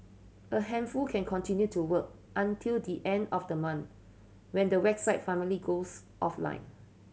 a handful can continue to work until the end of the month when the website finally goes offline